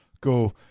go